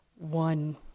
One